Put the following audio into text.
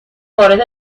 وارد